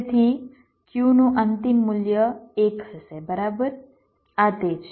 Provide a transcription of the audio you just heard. તેથી Q નું અંતિમ મૂલ્ય 1 હશે બરાબર આ તે છે